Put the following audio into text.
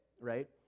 right